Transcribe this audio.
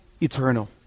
eternal